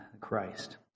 Christ